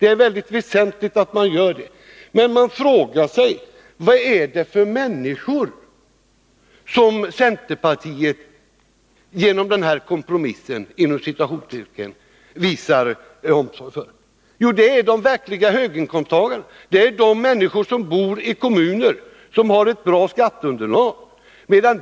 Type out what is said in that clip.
Det är väldigt väsentligt att man gör det, men man frågar sig vad det är för människor som centerpartiet genom den här ”kompromissen” visar omsorg om. Jo, det är de verkliga höginkomsttagarna, de människor som bor i kommuner med ett bra skatteunderlag.